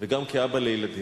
וגם כאבא לילדים,